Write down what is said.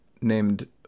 named